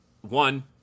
one